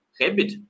habit